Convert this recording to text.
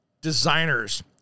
designers